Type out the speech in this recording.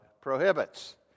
prohibits